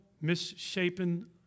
misshapen